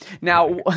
Now